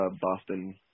Boston